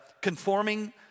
conforming